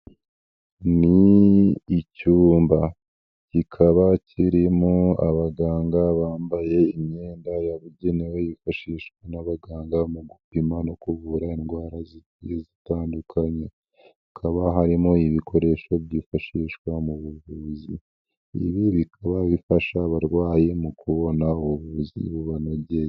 Ni icyumba kikaba kirimo abaganga bambaye imyenda yabugenewe yifashishwa n'abaganga mu gupima no kuvura indwara zigiye zitandukanye, hakaba harimo ibikoresho byifashishwa mu buvuzi, ibi bikaba bifasha abarwayi mu kubona ubuvuzi bubanogeye.